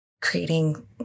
creating